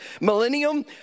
millennium